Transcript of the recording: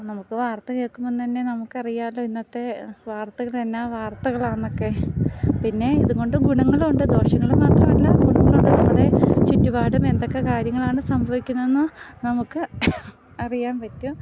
നമുക്ക് വാർത്ത കേൾക്കുമ്പം തന്നെ നമുക്കറിയാമല്ലോ ഇന്നത്തെ വാർത്തകളെന്നാൽ വാർത്തകളാണെന്നൊക്കെ പിന്നെ ഇതുകൊണ്ട് ഗുണങ്ങളുണ്ട് ദോഷങ്ങൾ മാത്രമല്ല ഗുണങ്ങളുണ്ട് നമ്മുടെ ചുറ്റുപാടും എന്തൊക്കെ കാര്യങ്ങളാണ് സംഭവിക്കുന്നതെന്ന് നമുക്ക് അറിയാൻ പറ്റും